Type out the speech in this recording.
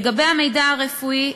לגבי המידע הרפואי,